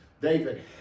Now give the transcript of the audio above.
David